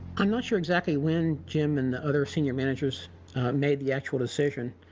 i'm not sure exactly when jim and the other senior managers made the actual decision,